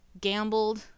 gambled